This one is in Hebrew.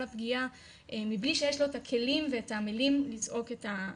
הפגיעה מבלי שיש לו את הכלים ואת המילים לזעוק את הזעקה שלו.